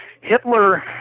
Hitler